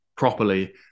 properly